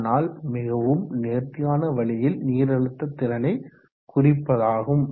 ஆனால் மிகவும் நேர்த்தியான வழியில் நீரழுத்த திறனை குறிப்பதாகும்